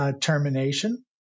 termination